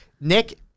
Nick